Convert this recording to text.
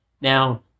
Now